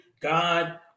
God